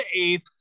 eighth